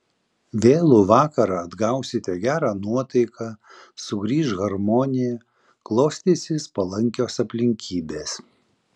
vėlų vakarą atgausite gerą nuotaiką sugrįš harmonija klostysis palankios aplinkybės